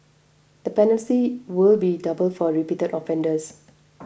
the penalties will be doubled for repeated offenders